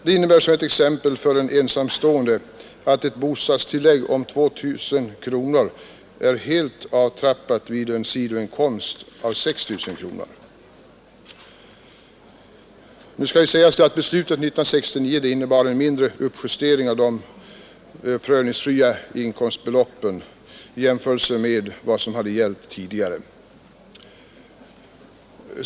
Det innebär t.ex. för en ensamstående att ett bostadstillägg om 2 000 kronor är helt avtrappat vid en sidoinkomst av 6 000 kronor. Det kan nämnas att beslutet 1969 innebar en mindre uppjustering av de prövningsfria inkomstbeloppen i jämförelse med vad som hade gällt tidigare.